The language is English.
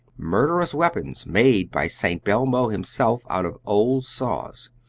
murderous weapons made by st. belmo himself out of old saws.